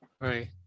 Right